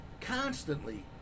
Constantly